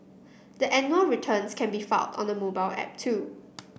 the annual returns can be filed on a mobile app too